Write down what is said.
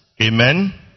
Amen